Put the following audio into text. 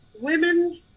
women